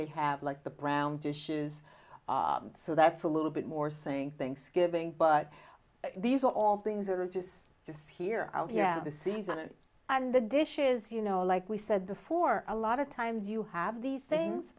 they have like the brown dishes so that's a little bit more saying things giving but these are all things that are just just here out here out of the season and the dish is you know like we said before a lot of times you have these things